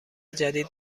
جدید